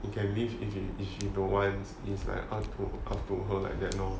you can leave if she don't want this like it's like up to her like that lor